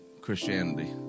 Christianity